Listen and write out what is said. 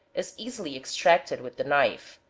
is easily extracted with the knife.